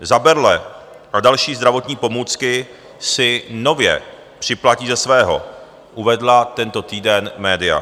Za berle a další zdravotní pomůcky si nově připlatí ze svého, uvedla tento týden média.